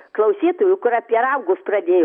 klausytojui kur apie raugus pradėjo